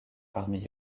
parmi